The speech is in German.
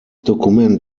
dokument